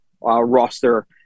roster